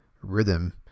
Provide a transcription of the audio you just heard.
rhythm